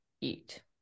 eat